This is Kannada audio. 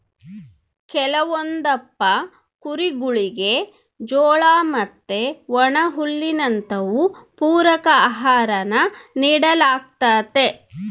ಕೆಲವೊಂದಪ್ಪ ಕುರಿಗುಳಿಗೆ ಜೋಳ ಮತ್ತೆ ಒಣಹುಲ್ಲಿನಂತವು ಪೂರಕ ಆಹಾರಾನ ನೀಡಲಾಗ್ತತೆ